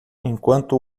enquanto